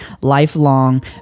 lifelong